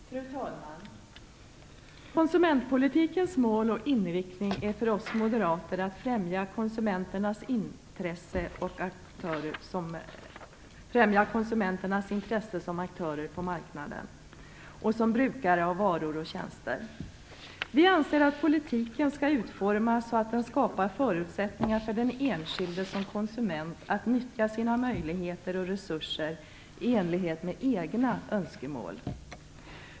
Fru talman! Konsumentpolitikens mål och inriktning är för oss moderater att främja konsumenternas intresse som aktörer på marknaden och som brukare av varor och tjänster. Vi anser att politiken skall utformas så att den skapar förutsättningar för den enskilde som konsument att nyttja sina möjligheter och resurser i enlighet med egna önskemål.